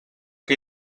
que